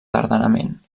tardanament